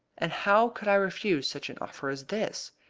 and how could i refuse such an offer as this?